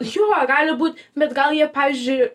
jo gali būt bet gal jie pavyzdžiui